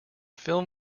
film